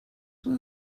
will